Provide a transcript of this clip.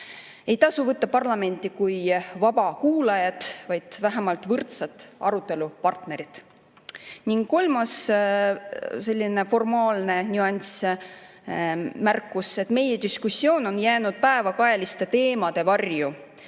Ei tasu võtta parlamenti kui vabakuulajat, vaid vähemalt kui võrdset arutelupartnerit. Ning kolmas selline formaalne nüanss, märkus, et meie diskussioon on jäänud päevakajaliste teemade varju,